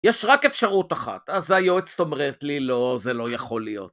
יש רק אפשרות אחת, אז היועצת אומרת לי לא, זה לא יכול להיות.